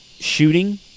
Shooting